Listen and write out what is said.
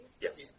Yes